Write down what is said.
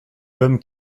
l’homme